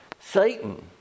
Satan